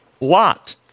Lot